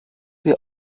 the